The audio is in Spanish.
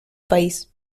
país